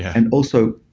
and also,